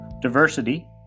Diversity